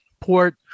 port